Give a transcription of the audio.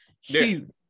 huge